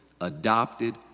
adopted